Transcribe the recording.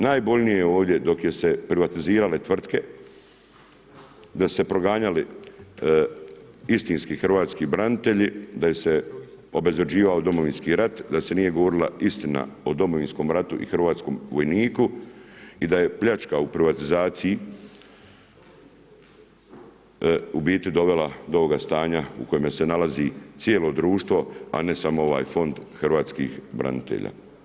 Najbolnije je ovdje, dok je se privatizirale tvrtke, da su se proganjali istinski hrvatski branitelji, da je se obezvrjeđivao Domovinski rat, da se nije govorila istina o Domovinskom ratu i hrvatskom vojniku i da je pljačka u privatizaciji u biti dovela do ovoga stanja u kojemu se nalazi cijelo društvo a ne samo ovaj fond hrvatskih branitelja.